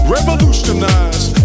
Revolutionized